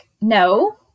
no